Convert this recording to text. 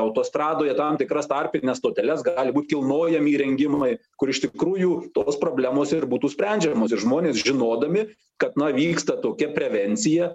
autostradoje tam tikras tarpines stoteles gali būt kilnojami įrengimai kur iš tikrųjų tos problemos ir būtų sprendžiamos ir žmonės žinodami kad na vyksta tokia prevencija